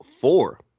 four